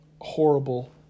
horrible